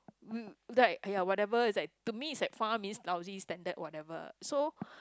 we like !aiya! whatever is like to me is like far means lousy standard whatever so